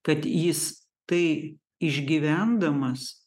kad jis tai išgyvendamas